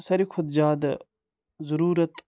ساروی کھۄتہٕ زیادٕ ضٔروٗرَت